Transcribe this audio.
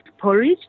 porridge